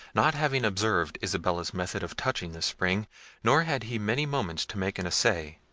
not having observed isabella's method of touching the spring nor had he many moments to make an essay.